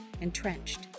entrenched